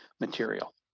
material